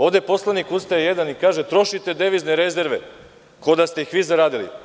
Ovde je poslanik jedan ustao i kaže - trošite devizne rezerve kao da ste ih vi zaradili.